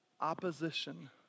opposition